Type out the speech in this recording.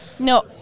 No